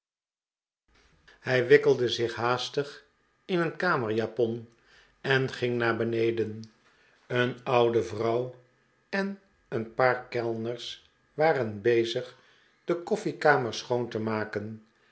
hij wikkelde zich haastig in een kamerjapon en ging naar beneden een oude vrouw en een paar kellners waren bezig dfe koffiekamer schoon te maken